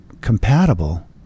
compatible